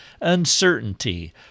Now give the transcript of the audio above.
uncertainty